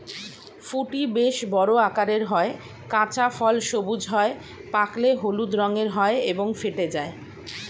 ফুটি বেশ বড় আকারের হয়, কাঁচা ফল সবুজ হয়, পাকলে হলুদ রঙের হয় এবং ফেটে যায়